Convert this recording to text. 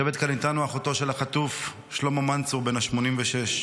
יושבת כאן איתנו אחותו של החטוף שלמה מנצור בן ה-86.